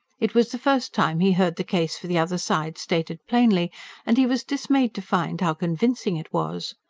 it was the first time he heard the case for the other side stated plainly and he was dismayed to find how convincing it was.